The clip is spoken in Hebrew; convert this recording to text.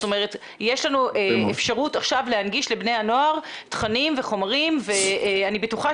יש לנו אפשרות עכשיו להנגיש לבני הנוער תכנים וחומרים ואני בטוחה